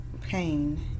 pain